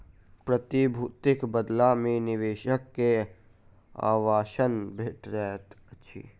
प्रतिभूतिक बदला मे निवेशक के आश्वासन भेटैत अछि